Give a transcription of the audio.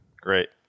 Great